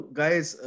guys